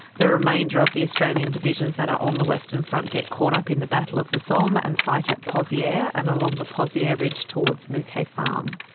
the remainder of the australian divisions that are on the western front get caught up in the battle of the somme and fight at pozieres pozieres yeah and along the pozieres ridge towards mouquet farm.